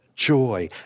joy